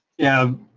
yeah.